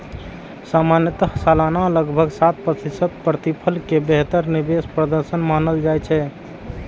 सामान्यतः सालाना लगभग सात प्रतिशत प्रतिफल कें बेहतर निवेश प्रदर्शन मानल जाइ छै